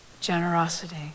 generosity